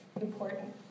important